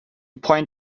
point